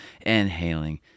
inhaling